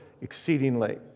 exceedingly